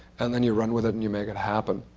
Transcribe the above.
and then you run with it and you make it happen.